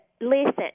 Listen